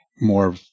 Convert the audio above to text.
more